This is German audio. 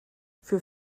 für